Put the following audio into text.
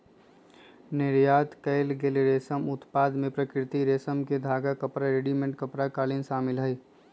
निर्यात कएल गेल रेशम उत्पाद में प्राकृतिक रेशम के धागा, कपड़ा, रेडीमेड कपड़ा, कालीन शामिल हई